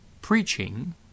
preaching